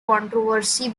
controversy